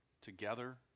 together